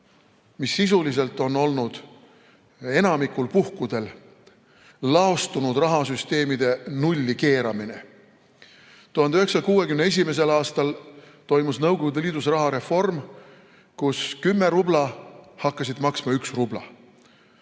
mis sisuliselt on olnud enamikul puhkudel laostunud rahasüsteemide nulli keeramine. 1961. aastal toimus Nõukogude Liidus rahareform, 10 rubla hakkasid maksma 1 rubla.